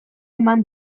eman